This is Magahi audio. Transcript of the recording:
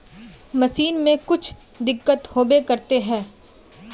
मशीन में कुछ दिक्कत होबे करते है?